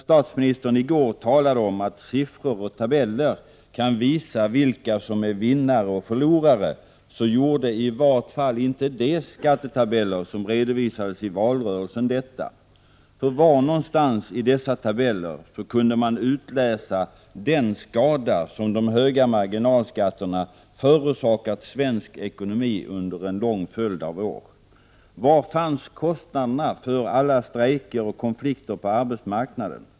Statsministern talade i går om att siffror och tabeller kan visa vilka som är vinnare resp. förlorare, men i varje fall gjorde inte de skattetabeller som redovisades i valrörelsen detta. För var någonstans i dessa tabeller kunde man utläsa den skada som de höga marginalskatterna förorsakat svensk ekonomi under en lång följd av år? Var fanns kostnaderna för alla strejker och konflikter på arbetsmarknaden?